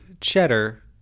cheddar